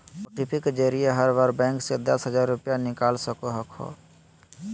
OTP के जरिए हर बार बैंक से दस हजार रुपए निकाल सको हखो